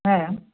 হ্যাঁ